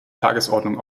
tagesordnung